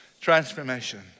Transformation